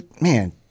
man